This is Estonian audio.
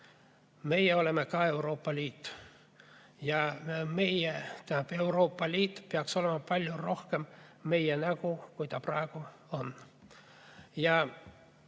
Meie oleme ka Euroopa Liit ja Euroopa Liit peaks olema palju rohkem meie nägu, kui ta praegu on.